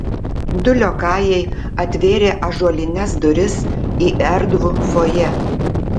du liokajai atvėrė ąžuolines duris į erdvų fojė